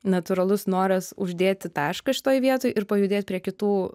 natūralus noras uždėti tašką šitoj vietoj ir pajudėt prie kitų